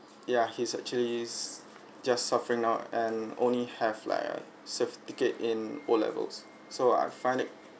ya he is actually s~ just suffering now and only have like a cert ticket in O levels so I find it